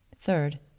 Third